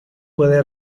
puede